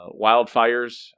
wildfires